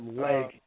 leg